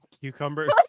cucumbers